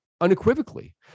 unequivocally